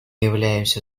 являемся